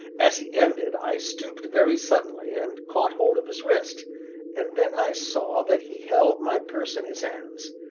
as he ended, i stooped, very suddenly, and caught hold of his wrist and then i saw that he held my purse in his hand.